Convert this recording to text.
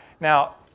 Now